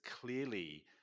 clearly